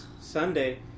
Sunday